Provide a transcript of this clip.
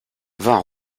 vingt